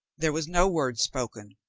there was no word spoken,